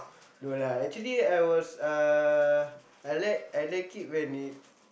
no lah actually I was uh I like I like it when it